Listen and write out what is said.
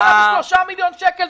זה 3 מיליון שקל,